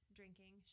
drinking